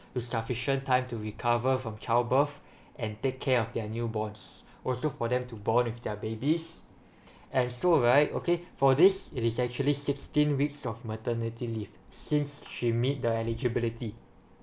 a sufficient time to recover from child birth and take care of their newborns also for them to bond with their babies as so right okay for this it is actually sixteen weeks of maternity leave since she meet the eligibility